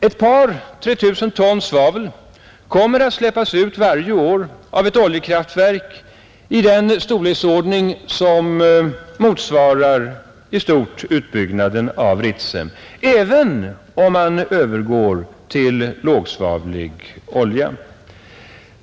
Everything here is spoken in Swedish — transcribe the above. Ett par tre tusen ton svavel kommer att släppas ut varje år av ett oljekraftverk av den storleksordning som i stort sett motsvarar utbyggnaden av Ritsem, även om man övergår till lågsvavlig olja.